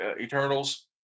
eternals